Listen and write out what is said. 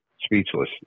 Speechless